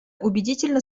убедительно